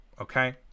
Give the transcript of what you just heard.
Okay